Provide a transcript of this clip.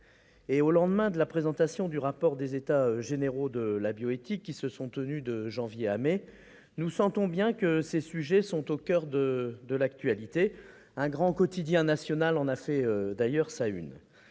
Au lendemain de la présentation du rapport des états généraux de la bioéthique, qui se sont tenus de janvier à mai, nous sentons bien que ces sujets sont au coeur de l'actualité. Un grand quotidien national en a fait d'ailleurs sa une.